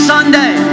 Sunday